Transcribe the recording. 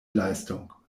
leistung